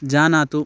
जानातु